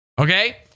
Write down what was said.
okay